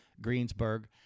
Greensburg